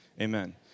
amen